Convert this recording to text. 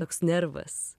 toks nervas